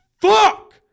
fuck